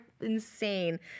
insane